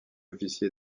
officier